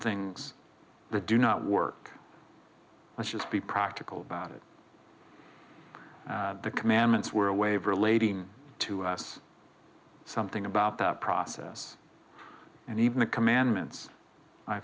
things that do not work let's just be practical about it the commandments were a way of relating to us something about that process and even the commandments i